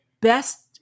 best